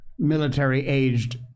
military-aged